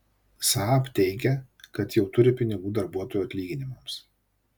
saab teigia kad jau turi pinigų darbuotojų atlyginimams